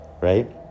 Right